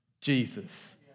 Jesus